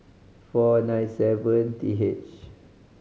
four nine seven T H